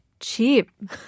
Cheap